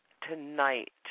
Tonight